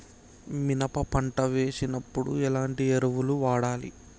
మినప పంట వేసినప్పుడు ఎలాంటి ఎరువులు వాడాలి?